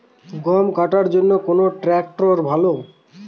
গম কাটার জন্যে কোন ট্র্যাক্টর ভালো?